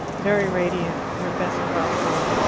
very radiant, with her best blouse on.